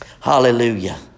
Hallelujah